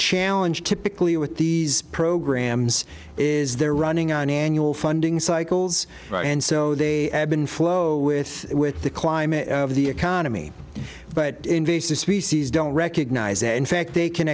challenge typically with these programs is they're running on annual funding cycles and so they ebb and flow with with the climate of the economy but invasive species don't recognize it in fact they can